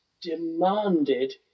demanded